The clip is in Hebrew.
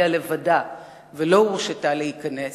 ולא הורשתה להיכנס.